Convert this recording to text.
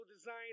design